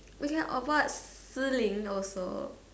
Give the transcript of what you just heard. we can avoid Si-Ling also